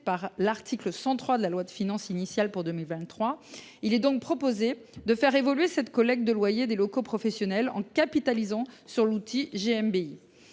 par l’article 103 de la loi de finances initiale pour 2023. Il est donc proposé de faire évoluer la collecte des loyers des locaux professionnels en capitalisant sur l’interface